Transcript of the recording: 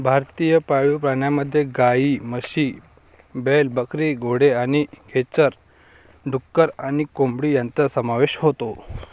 भारतीय पाळीव प्राण्यांमध्ये गायी, म्हशी, बैल, बकरी, घोडे आणि खेचर, डुक्कर आणि कोंबडी यांचा समावेश होतो